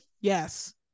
yes